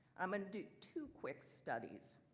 i'm gonna do two quick studies.